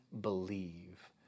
believe